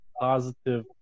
positive